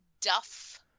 Duff